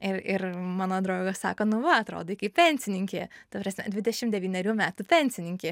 ir ir mano draugas sako nu va atrodai kaip pensininkė ta prasme dvidešim devynerių metų pensininkė